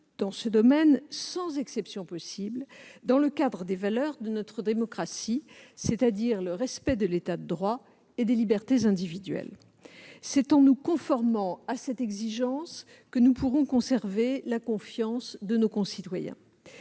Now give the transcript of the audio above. dans ce domaine, sans exception possible, dans le cadre des valeurs de notre démocratie, c'est-à-dire le respect de l'État de droit et des libertés individuelles. C'est en nous conformant à cette exigence que nous pourrons conserver la confiance de nos concitoyens.